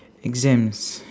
exams